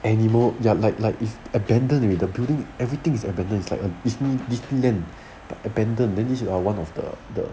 animal ya light light is abandoned with the building everything is abundance like a disney land but abandoned the you are one of the the